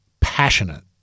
passionate